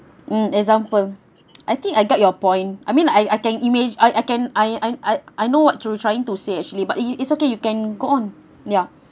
mm example I think I get your point I mean I I can image I I can I I I know what you trying to say actually but it it's okay you can go on ya